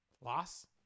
Loss